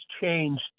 changed